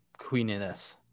queeniness